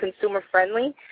consumer-friendly